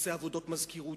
עושה עבודות מזכירות,